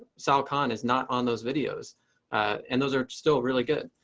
sal khan is not on those videos and those are still really good.